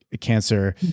cancer